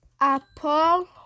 apple